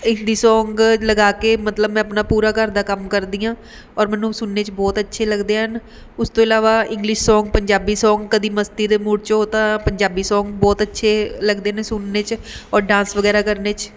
Hindi song ਲਗਾ ਕੇ ਮਤਲਬ ਮੈਂ ਆਪਣਾ ਪੂਰਾ ਘਰ ਦਾ ਕੰਮ ਕਰਦੀ ਹਾਂ ਔਰ ਮੈਨੂੰ ਸੁਣਨੇ 'ਚ ਬਹੁਤ ਅੱਛੇ ਲੱਗਦੇ ਹਨ ਉਸ ਤੋਂ ਇਲਾਵਾ ਇੰਗਲਿਸ਼ ਸੌਂਗ ਪੰਜਾਬੀ ਸੌਂਗ ਕਦੀ ਮਸਤੀ ਦੇ ਮੂਡ 'ਚ ਹੋ ਤਾਂ ਪੰਜਾਬੀ ਸੌਂਗ ਬਹੁਤ ਅੱਛੇ ਲੱਗਦੇ ਨੇ ਸੁਣਨੇ 'ਚ ਔਰ ਡਾਂਸ ਵਗੈਰਾ ਕਰਨੇ 'ਚ